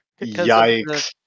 Yikes